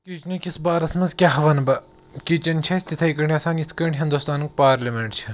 کِچنہٕ کِس بارَس منٛز کیٛاہ وَنہٕ بہٕ کِچَن چھِ اَسہِ تِتھٕے پٲٹھۍ آسان یِتھٕ کٲٹھۍ ہِنٛدوستانُک پارلیمنٛٹ چھِ